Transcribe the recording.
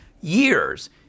years